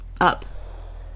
up